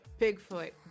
bigfoot